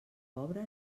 pobre